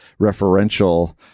referential